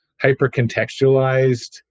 hyper-contextualized